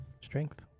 Strength